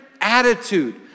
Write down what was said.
attitude